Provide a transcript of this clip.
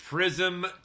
prism